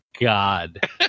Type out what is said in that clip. God